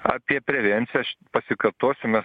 apie prevenciją aš pasikartosiu mes